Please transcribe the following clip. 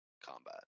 combat